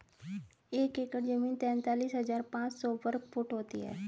एक एकड़ जमीन तैंतालीस हजार पांच सौ साठ वर्ग फुट होती है